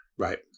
Right